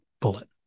bullet